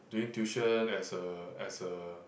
doing tuition as a as a